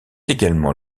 également